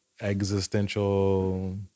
existential